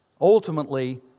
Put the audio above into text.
ultimately